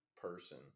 person